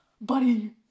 buddy